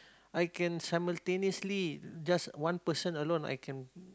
I can simultaneously just one person alone I can